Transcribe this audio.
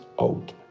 out